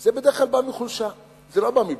זה בדרך כלל בא מחולשה, זה לא בא מביטחון.